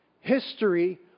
History